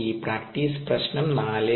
ഈ പ്രാക്ടീസ് പ്രശ്നം 4